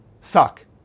suck